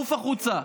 עוף החוצה.